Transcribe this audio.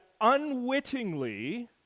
unwittingly